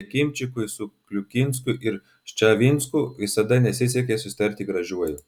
jakimčikui su kliukinsku ir ščavinsku visada nesisekė susitarti gražiuoju